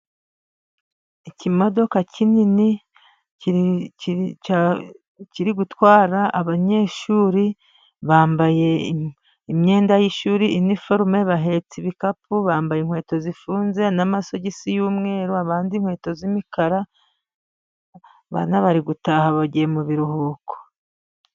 Ikimodoka kinini kiri gutwara abanyeshuri bambaye imyenda yishuri, iniforume, bahetse ibikapu, bambaye inkweto zifunze n'amasogisi yumweru, abandi inkweto z'imikara, abana bari gutaha, bagiye mu biruhuko.